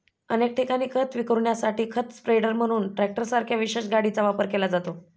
अनेक ठिकाणी खत विखुरण्यासाठी खत स्प्रेडर म्हणून ट्रॅक्टरसारख्या विशेष गाडीचा वापर केला जातो